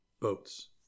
boats